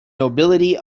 nobility